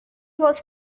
was